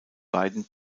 beiden